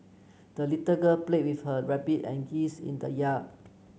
the little girl played with her rabbit and geese in the yard